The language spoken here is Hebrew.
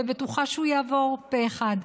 ובטוחה שהוא יעבור פה אחד.